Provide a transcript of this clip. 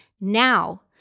Now